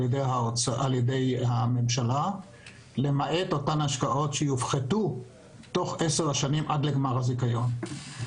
ידי הממשלה למעט ההשקעות שיופחתו תוך עשר השנים עד לגמר הזיכיון.